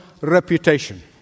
reputation